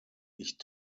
ich